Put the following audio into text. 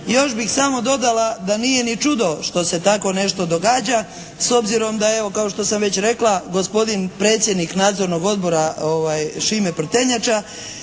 još bih samo dodala da nije ni čudo što se tako nešto događa s obzirom da evo kao što sam već rekla gospodin predsjednik Nadzornog odbora Šime Prtenjača